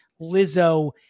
Lizzo